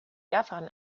gaffern